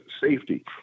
safety